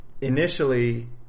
initially